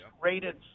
rated